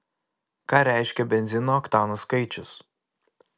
ką reiškia benzino oktanų skaičius